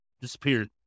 disappeared